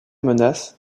menace